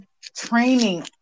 training